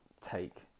take